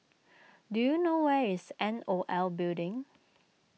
do you know where is N O L Building